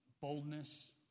boldness